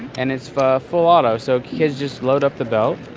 and it's full full auto, so kids just load up the belt,